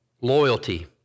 loyalty